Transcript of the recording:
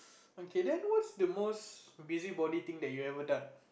okay then what's the most busybody thing that you have ever done